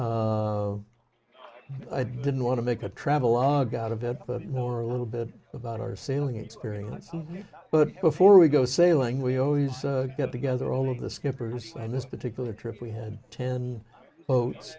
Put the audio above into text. there i didn't want to make a travelogue out of bed but you know our little bit about our sailing experience but before we go sailing we always get together all of the skipper has and this particular trip we had ten boats